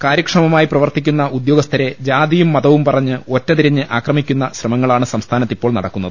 കാര്യക്ഷമമായി പ്രവർത്തിക്കുന്ന ഉദ്യോഗസ്ഥരെ ജാതിയും മതവും പറഞ്ഞ് ഒറ്റതിരിഞ്ഞ് ആക്ര മിക്കുന്ന ശ്രമങ്ങളാണ് സംസ്ഥാനത്തിപ്പോൾ നടക്കുന്നത്